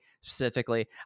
specifically